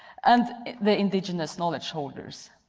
and the indigenous knowledge holders.